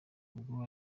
uwo